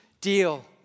deal